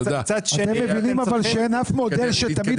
מצד שני --- אבל אתם מבינים שאין אף מודל שתמיד